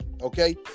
Okay